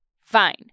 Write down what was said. Fine